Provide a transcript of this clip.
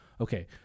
Okay